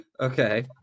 Okay